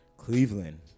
Cleveland